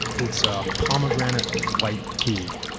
it's a pomegranate white tea,